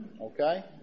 okay